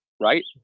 Right